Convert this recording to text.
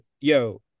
yo